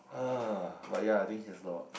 but yeah I think he has a lot